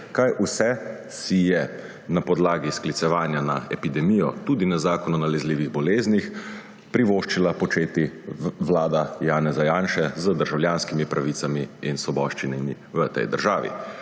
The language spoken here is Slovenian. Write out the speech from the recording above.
kaj vse si je na podlagi sklicevanja na epidemijo, tudi na Zakon o nalezljivih boleznih privoščila početi vlada Janeza Janše z državljanskimi pravicami in svoboščinami v tej državi,